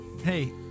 Hey